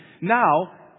Now